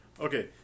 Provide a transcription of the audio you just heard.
Okay